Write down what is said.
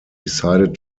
decided